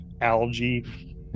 algae